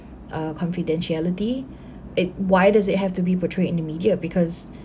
uh confidentiality it why does it have to be portrayed in the media because